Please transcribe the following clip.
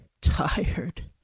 tired